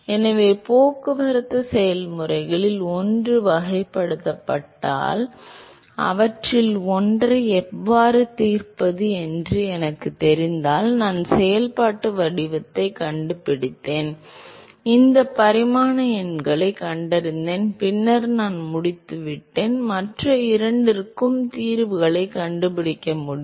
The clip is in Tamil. எனவே போக்குவரத்து செயல்முறைகளில் ஒன்று வகைப்படுத்தப்பட்டால் அவற்றில் ஒன்றை எவ்வாறு தீர்ப்பது என்று எனக்குத் தெரிந்தால் நான் செயல்பாட்டு வடிவத்தைக் கண்டுபிடித்தேன் இந்த பரிமாண எண்களைக் கண்டறிந்தேன் பின்னர் நான் முடித்துவிட்டேன் மற்ற இரண்டிற்கும் தீர்வுகளைக் கண்டுபிடிக்க முடியும்